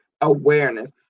awareness